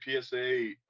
PSA